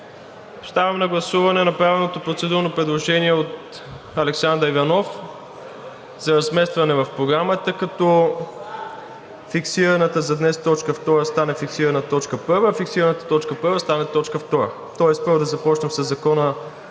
Подлагам на гласуване направеното процедурно предложение от Александър Иванов за разместване в Програмата, като фиксираната за днес т. 2 стане фиксирана т. 1, а фиксираната т. 1 стане т. 2, тоест, първо, да започнем със Закона